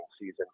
season